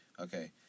Okay